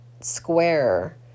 square